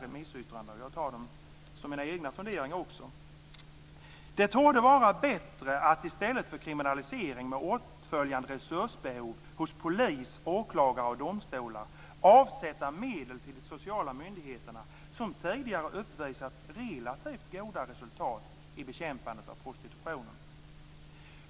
Svea hovrätt skriver så här i sitt remissyttrande: Det torde vara bättre att i stället för kriminalisering, med åtföljande resursbehov hos polis, åklagare och domstolar, avsätta medel till de sociala myndigheter som tidigare har uppvisat relativt goda resultat i bekämpandet av prostitutionen.